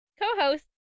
co-host